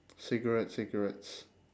cigarettes cigarettes